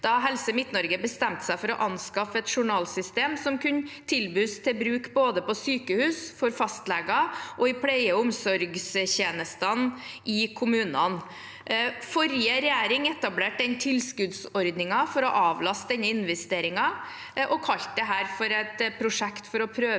da Helse Midt-Norge bestemte seg for å anskaffe et journalsystem som kunne tilbys til bruk både på sykehus, for fastleger og i pleie- og omsorgstjenestene i kommunene. Forrige regjering etablerte den tilskuddsordningen for å avlaste denne investeringen og kalte dette et prosjekt for å prøve